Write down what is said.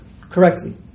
correctly